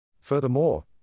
Furthermore